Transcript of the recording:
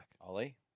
Ollie